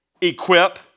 equip